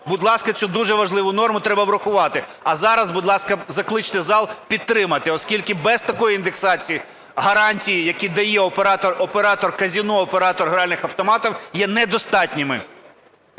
Будь ласка, цю дуже важливу норму треба врахувати. А зараз, будь ласка, закличте зал підтримати, оскільки без такої індексації гарантії, які дає оператор казино і оператор гральних автоматів є недостатніми.